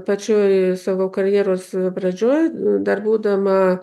pačioj savo karjeros pradžioj dar būdama